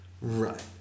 Right